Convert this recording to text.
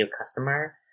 customer